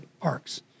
parks